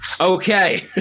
Okay